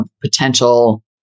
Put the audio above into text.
potential